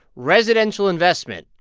residential investment,